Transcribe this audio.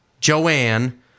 Joanne